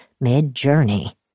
mid-journey